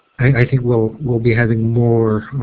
i think we'll we'll be having more